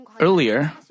Earlier